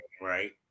right